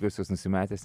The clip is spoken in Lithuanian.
visus nusimetęs